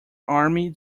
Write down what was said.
army